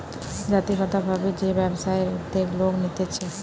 জাতিগত ভাবে যে ব্যবসায়ের উদ্যোগ লোক নিতেছে